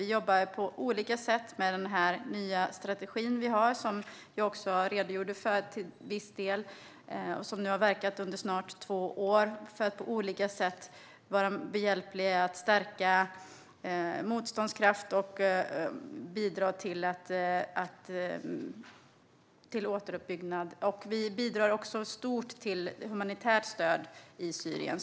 Vi jobbar på olika sätt med den nya strategi vi har, som jag redogjorde för till viss del och som nu har verkat under snart två år, för att på olika sätt vara behjälpliga i att stärka motståndskraft och bidra till återuppbyggnad. Vi bidrar också stort till humanitärt stöd i Syrien.